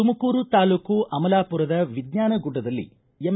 ತುಮಕೂರು ತಾಲೂಕು ಅಮಲಾಪುರದ ವಿಜ್ವಾನ ಗುಡ್ಡದಲ್ಲಿ ಎಂ